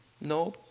No